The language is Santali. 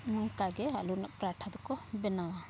ᱱᱚᱝᱠᱟᱜᱮ ᱟᱹᱞᱩ ᱨᱮᱱᱟᱜ ᱯᱟᱨᱟᱴᱷᱟ ᱫᱚᱠᱚ ᱵᱮᱱᱟᱣᱟ